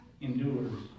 endures